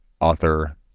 author